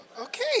Okay